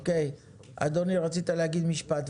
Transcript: אדוני, רצית להגיד משפט.